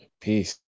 Peace